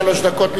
שלוש דקות,